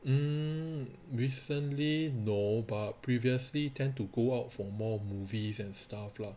mm recently no but previously tend to go out for more movies and stuff lah